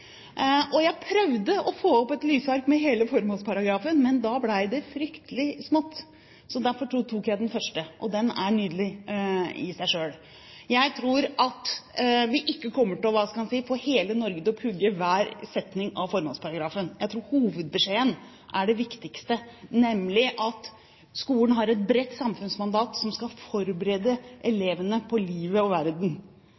dikt. Jeg prøvde å få opp et lysark med hele formålsparagrafen, men da ble det fryktelig smått. Derfor tok jeg den første setningen – og den er nydelig i seg selv. Jeg tror ikke at vi kommer til å få hele Norge til å pugge hver setning i formålsparagrafen. Jeg tror hovedbeskjeden er det viktigste, nemlig at skolen har et bredt samfunnsmandat, som skal forberede